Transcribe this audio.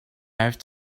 have